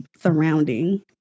surrounding